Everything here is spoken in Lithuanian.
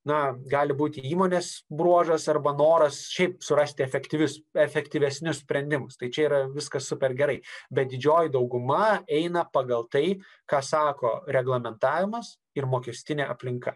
na gali būti įmonės bruožas arba noras šiaip surasti efektyvius efektyvesnius sprendimus tai čia yra viskas super gerai bet didžioji dauguma eina pagal tai ką sako reglamentavimas ir mokestinė aplinka